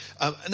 Now